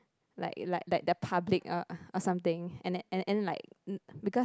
like like like the public or or something and and then like because